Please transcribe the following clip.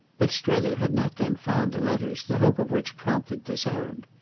but strether had not then found the letters the hope of which prompted this errand.